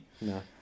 No